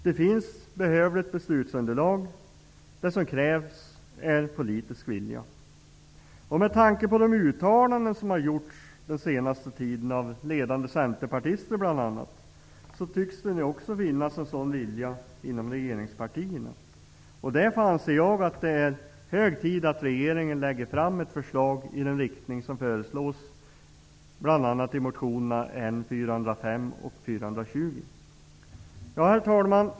Det finns behövligt beslutsunderlag, och det som krävs är politisk vilja. Med tanke på de uttalanden som har gjorts den senaste tiden av bl.a. ledande centerpartister tycks nu en sådan vilja också finnas bland regeringspartierna. Därför anser jag att det är hög tid att regeringen lägger fram ett förslag i den riktning som föreslås i bl.a. Herr talman!